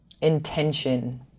Intention